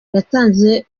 yatanze